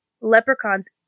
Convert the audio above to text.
leprechauns